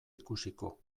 ikusiko